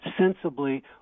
sensibly